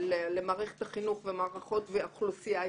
למערכת החינוך והאוכלוסייה הישראלית.